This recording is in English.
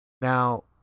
Now